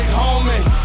homie